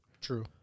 True